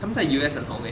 他们在 U_S 很红 eh